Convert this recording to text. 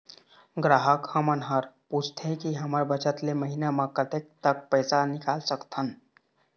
ग्राहक हमन हर पूछथें की हमर बचत ले महीना मा कतेक तक पैसा निकाल सकथन?